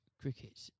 cricket